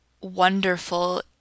wonderful